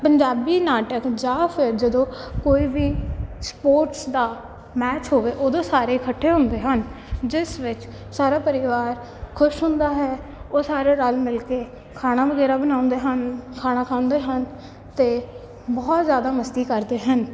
ਪੰਜਾਬੀ ਨਾਟਕ ਜਾਂ ਫਿਰ ਜਦੋਂ ਕੋਈ ਵੀ ਸਪੋਰਟਸ ਦਾ ਮੈਚ ਹੋਵੇ ਉਦੋਂ ਸਾਰੇ ਇਕੱਠੇ ਹੁੰਦੇ ਹਨ ਜਿਸ ਵਿੱਚ ਸਾਰਾ ਪਰਿਵਾਰ ਖੁਸ਼ ਹੁੰਦਾ ਹੈ ਉਹ ਸਾਰੇ ਰਲ ਮਿਲ ਕੇ ਖਾਣਾ ਵਗੈਰਾ ਬਣਾਉਂਦੇ ਹਨ ਖਾਣਾ ਖਾਂਦੇ ਹਨ ਅਤੇ ਬਹੁਤ ਜ਼ਿਆਦਾ ਮਸਤੀ ਕਰਦੇ ਹਨ